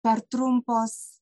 per trumpos